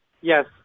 Yes